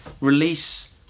release